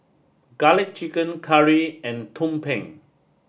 Garlic Chicken Curry and Tumpeng